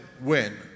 Win